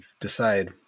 decide